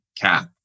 cap